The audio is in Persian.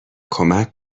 کمک